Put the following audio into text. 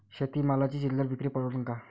शेती मालाची चिल्लर विक्री परवडन का?